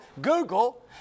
Google